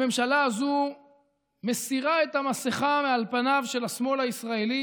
הממשלה הזאת מסירה את המסכה מעל פניו של השמאל הישראלי